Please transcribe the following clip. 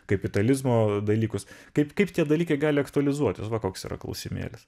kapitalizmo dalykus kaip kaip tie dalykai gali aktualizuotis va koks yra klausimėlis